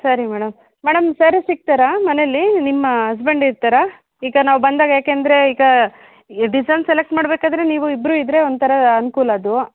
ಸರಿ madam madam sir ಸಿಗ್ತಾರ ಮನೆಯಲ್ಲಿ ನಿಮ್ಮ ಹಸ್ಬೆಂಡ್ ಇರ್ತಾರ ಈಗ ನಾವು ಬಂದಾಗ ಯಾಕೆ ಅಂದರೆ ಈಗ ಈ ಡಿಸೈನ್ ಸೆಲೆಕ್ಟ್ ಮಾಡಬೇಕಾದ್ರೆ ನೀವು ಇಬ್ಬರೂ ಇದ್ದರೆ ಒಂಥರ ಅನುಕೂಲ ಅದು